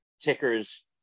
Tickers